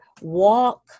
walk